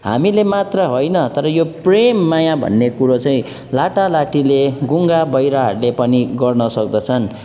हामीले मात्र होइन तर यो प्रेम माया भन्ने कुरा चाहिँ लाटा लाटीले गुङ्गा बहिरोहरूले पनि गर्न सक्तछन्